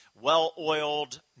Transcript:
well-oiled